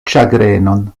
ĉagrenon